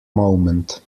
moment